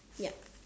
yeap